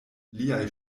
liaj